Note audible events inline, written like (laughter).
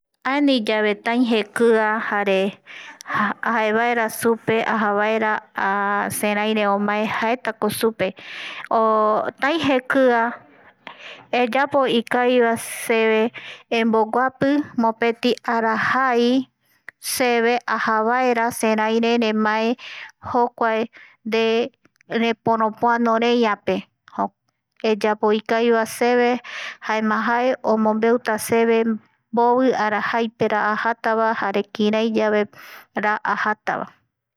Aenii yave tai jekia jare (hesitation) jaevaera supe (hesitation) ajavaera seraire omae jaetako supe (hesitation) taijekia eyapo ikavivae seve emboguapi mopeti arajaiseve aja vaera seraire remae jokuae nde reporopoano rei ape eyapo ikavivae seve jaema jae omombeuta seve mbovi arajaipera ajata vae jare kiraiyavera ajata vae